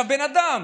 בן אדם